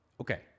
Okay